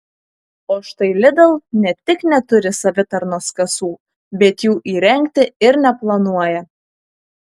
o štai lidl ne tik neturi savitarnos kasų bet jų įrengti ir neplanuoja